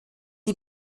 die